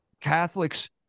Catholics